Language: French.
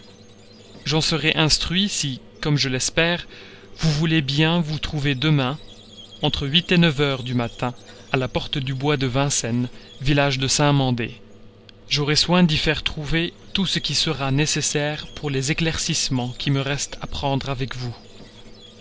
j'en serai instruit si comme je l'espère vous voulez bien vous trouvez demain entre huit neuf heures du matin à la porte du bois de vincennes village de saint-mandé j'aurai soin d'y faire trouver tout ce qui sera nécessaire pour les éclaircissements qui me restent à prendre avec vous